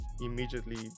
immediately